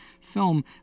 film